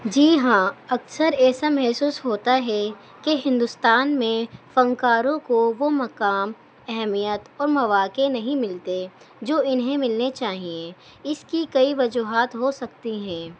جی ہاں اکثر ایسا محسوس ہوتا ہے کہ ہندوستان میں فنکاروں کو وہ مقام اہمیت اور مواقع نہیں ملتے جو انہیں ملنے چاہئیں اس کی کئی وجوہات ہو سکتی ہیں